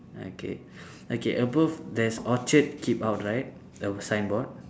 okay okay above there's orchard keep out right the signboard